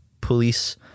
police –